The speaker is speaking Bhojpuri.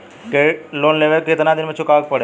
लोन लेवे के कितना दिन मे चुकावे के पड़ेला?